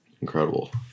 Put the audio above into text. incredible